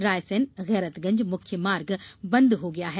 रायसेन गैरतगंज मुख्य मार्ग बन्द हो गया है